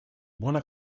buona